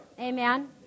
Amen